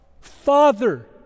Father